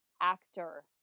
actor